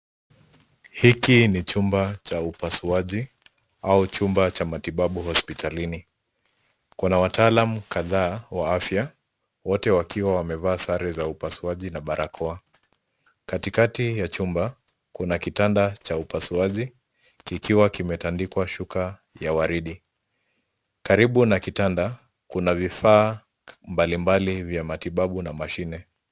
Hiki ni chumba cha upasuaji au chumba cha matibabu hospitalini. Kuna wataalamu kadhaa wa afya, wote wakiwa wamevaa sare za upasuaji na barakoa. Katikati ya chumba, kuna kitanda cha upasuaji kikiwa kimetandikwa shuka ya waridi. Karibu na kitanda kuna vifaa mbalimbali vya matibabu na mashine.